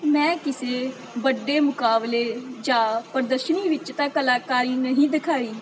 ਮੈਂ ਕਿਸੇ ਵੱਡੇ ਮੁਕਾਬਲੇ ਜਾਂ ਪ੍ਰਦਰਸ਼ਨੀ ਵਿੱਚ ਤਾਂ ਕਲਾਕਾਰੀ ਨਹੀਂ ਦਿਖਾਈ